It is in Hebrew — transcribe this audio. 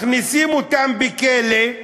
מכניסים אותם לכלא,